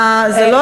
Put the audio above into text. זה לא,